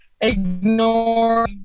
ignore